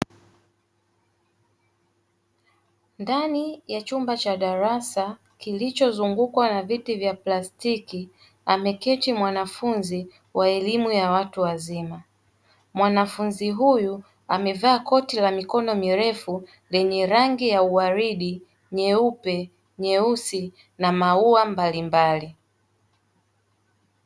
Ndani, ya chumba cha darasa, kilichozungukwa na viti vya plastiki, ameketi mwanafunzi wa elimu ya watu wazima. Mwanafunzi huyu, amevaa koti la mikono mirefu, lenye rangi ya uaridi, nyeupe, nyeusi na maua mbalimbali.